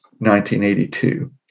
1982